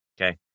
Okay